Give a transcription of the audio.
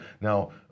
Now